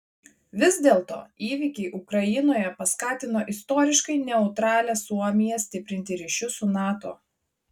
vis dėlto įvykiai ukrainoje paskatino istoriškai neutralią suomiją stiprinti ryšius su nato